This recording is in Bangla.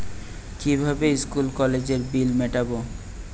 কিভাবে স্কুল কলেজের বিল মিটাব?